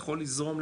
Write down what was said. יכול ליזום,